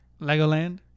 Legoland